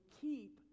keep